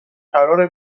قراره